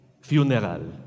funeral